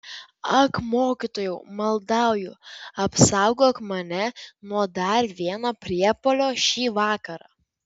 ak mokytojau maldauju apsaugok mane nuo dar vieno priepuolio šį vakarą